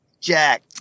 Jack